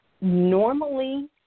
Normally